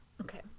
Okay